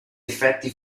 effetti